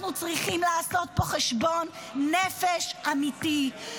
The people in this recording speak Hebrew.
אנחנו צריכים לעשות פה חשבון נפש אמיתי,